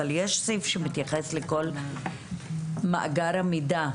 אבל יש סעיף שמתייחס לכל מאגר המידע?